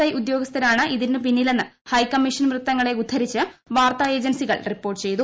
I ഉദ്യോഗസ്ഥരാണ് ഇതിനു പിന്നിലെന്ന് ഹൈക്കമ്മിഷൻ വൃത്തങ്ങളെ ഉദ്ധരിച്ച് വാർത്താ ഏജൻസികൾ റിപ്പോർട്ട് ചെയ്തു